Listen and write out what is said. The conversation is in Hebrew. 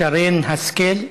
שרן השכל,